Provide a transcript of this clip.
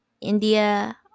India